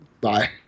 Bye